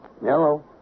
Hello